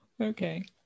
Okay